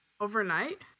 overnight